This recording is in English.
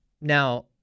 Now